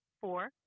four